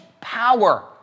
Power